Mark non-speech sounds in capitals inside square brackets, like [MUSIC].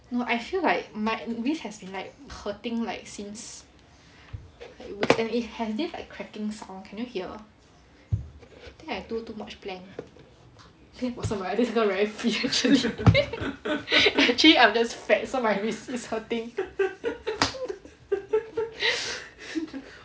no I feel like my wrists has been like hurting like since it has this like cracking sound can you hear think I do too much plank the person be like !wah! this girl very fit actually [LAUGHS] actually I'm just fat so my wrists is hurting [LAUGHS]